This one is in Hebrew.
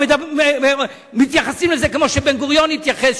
או שמתייחסים לזה כמו שבן-גוריון התייחס,